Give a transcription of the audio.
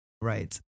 right